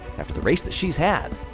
after the race that she's had.